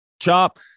chop